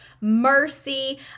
mercy